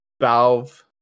Valve